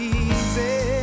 easy